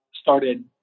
started